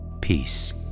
Peace